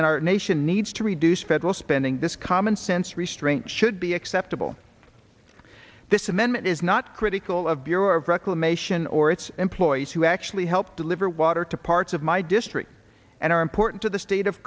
and our nation needs to reduce federal spending this commonsense restraint should be acceptable this amendment is not critical of bureau of reclamation or its employees who actually help deliver water to parts of my district and are important to the state of